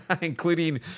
including